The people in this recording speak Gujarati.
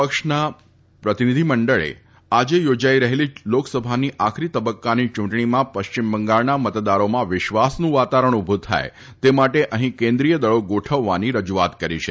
પક્ષના પ્રતિનિધી મંડળે આજે યોજાઇ રહેલી લોકસભાની આખરી તબક્કાની ચૂંટણીમાં પશ્ચિમ બંગાળના મતદારોમાં વિશ્વાસનું વાતાવરણ ઉભું થાય તે માટે અહીં કેન્દ્રિય દળો ગોઠવવા રજૂઆત કરી છે